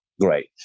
great